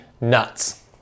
nuts